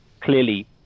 clearly